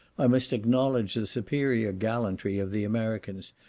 i must acknowledge the superior gallantry of the americans,